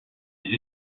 des